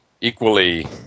equally